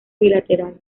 bilateral